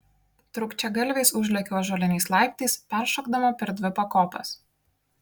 trūkčiagalviais užlėkiau ąžuoliniais laiptais peršokdama per dvi pakopas